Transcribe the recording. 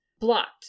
blocked